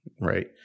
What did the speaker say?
Right